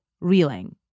reeling